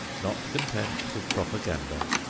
not content with propaganda,